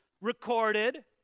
recorded